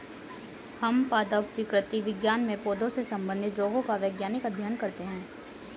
हम पादप विकृति विज्ञान में पौधों से संबंधित रोगों का वैज्ञानिक अध्ययन करते हैं